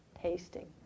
tasting